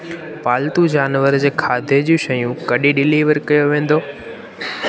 पालतू जानवरु जे खाधे जूं शयूं कॾहिं डिलीवर कयो वेंदो